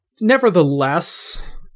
Nevertheless